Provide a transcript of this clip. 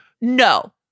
No